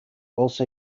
also